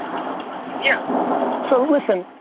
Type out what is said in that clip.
love this. yeah so, listen,